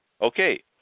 Okay